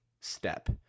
step